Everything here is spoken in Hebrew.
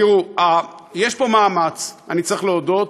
תראו, יש פה מאמץ, אני צריך להודות,